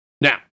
Now